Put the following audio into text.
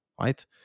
right